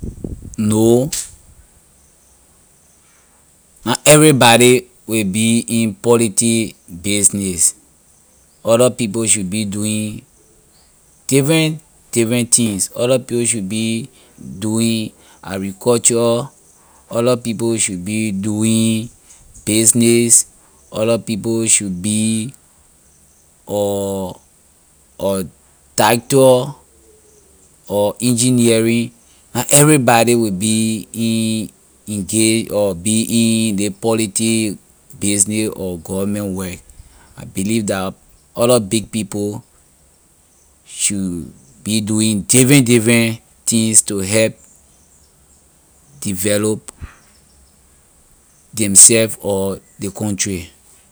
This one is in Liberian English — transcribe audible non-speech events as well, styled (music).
No na everybody will be in politic business other people should be doing different different things other people should be doing agriculture other people should be doing business other people should be (hesitation) doctor or engineering na everybody will be in engage or be in ley politic business or government work. I believe that other big people should be doing different different things to help develop themself or ley country.